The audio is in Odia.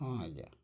ହଁ ଆଜ୍ଞା